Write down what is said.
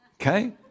Okay